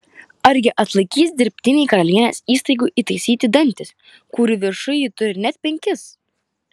argi atlaikys dirbtiniai karalienės įstaigų įtaisyti dantys kurių viršuj ji turi net penkis